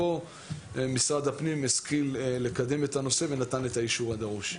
פה משרד הפנים השכיל לקדם את הנושא ונתן את האישור הדרוש.